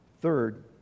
Third